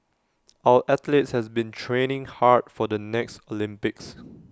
our athletes has been training hard for the next Olympics